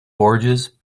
borges